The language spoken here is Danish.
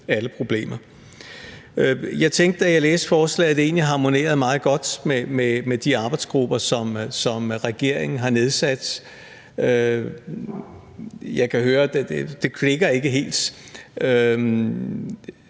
alle problemer. Jeg tænkte, da jeg læste forslaget, at det egentlig harmonerer meget godt med de arbejdsgrupper, som regeringen har nedsat. Jeg kan høre, at det ikke helt